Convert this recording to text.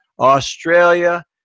australia